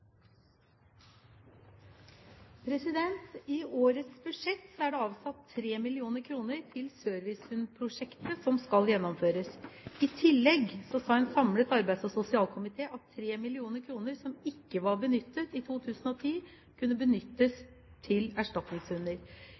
gjennomføres. I tillegg sa en samlet arbeids- og sosialkomité at 3 mill. kr som ikke var benyttet i 2010, kunne brukes til erstatningshunder.